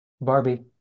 Barbie